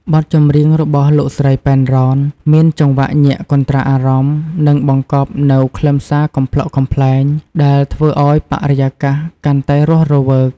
បទចម្រៀងរបស់លោកស្រី ប៉ែន រ៉ន មានចង្វាក់ញាក់កន្ត្រាក់អារម្មណ៍ និងបង្កប់នូវខ្លឹមសារកំប្លុកកំប្លែង ដែលធ្វើឱ្យបរិយាកាសកាន់តែរស់រវើក។